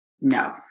no